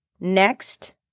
next